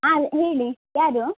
ಹಾಂ ಹೇಳಿ ಯಾರು